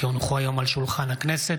כי הונחו היום על שולחן הכנסת,